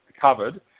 covered